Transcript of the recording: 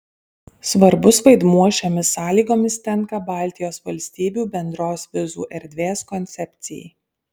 svarbus vaidmuo šiomis sąlygomis tenka baltijos valstybių bendros vizų erdvės koncepcijai